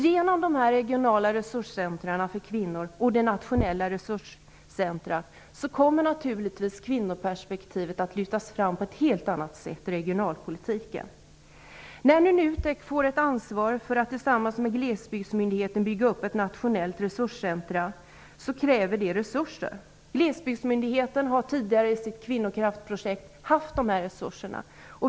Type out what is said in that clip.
Genom dessa regionala resurscentra för kvinnor och det nationella resurscentrumet kommer naturligtvis kvinnoperspektivet att lyftas fram på ett helt annat sätt i regionalpolitiken. När nu NUTEK får ett ansvar för att tillsammans med Glesbygdsmyndigheten bygga upp ett nationellt resurscentrum kräver det resurser. Glesbygdsmyndigheten har tidigare i sitt kvinnokraftprojekt haft dessa resurser.